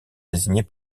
désignés